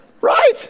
right